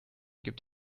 gibt